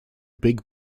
big